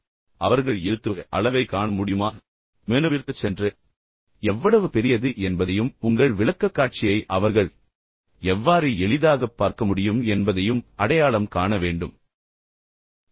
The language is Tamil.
எனவே அவர்கள் எழுத்துரு அளவைக் காண முடியுமா என்பதை நீங்கள் சரிபார்க்க வேண்டும் எனவே நீங்கள் மெனுவிற்குச் செல்ல வேண்டும் அது எவ்வளவு பெரியது என்பதையும் உங்கள் விளக்கக்காட்சியை அவர்கள் எவ்வாறு எளிதாகப் பார்க்க முடியும் என்பதையும் கடைசி வரிசையில் கூட பார்க்க முடியும் என்பதையும் அடையாளம் காண வேண்டும்